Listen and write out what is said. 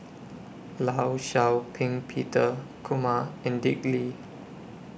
law Shau Ping Peter Kumar and Dick Lee